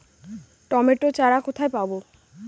Tomato চারা কোথায় পাবো?